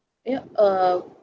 you know uh